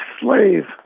slave